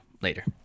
later